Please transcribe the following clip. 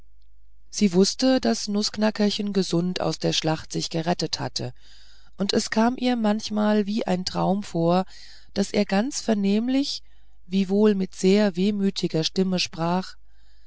sie wußte daß nußknackerchen gesund aus der schlacht sich gerettet hatte und es kam ihr manchmal wie im traume vor daß er ganz vernehmlich wiewohl mit sehr wehmütiger stimme sprach